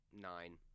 nine